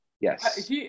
yes